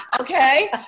Okay